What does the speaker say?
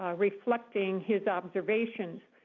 ah reflecting his observations.